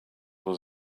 was